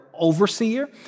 overseer